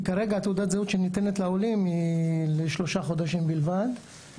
כי כרגע תעודת הזהות שניתנת לעולים היא לשלושה חודשים בלבד.